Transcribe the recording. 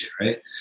right